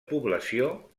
població